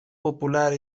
popular